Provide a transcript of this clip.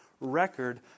record